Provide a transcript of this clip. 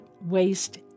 waste